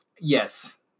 Yes